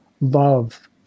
love